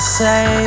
say